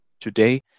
today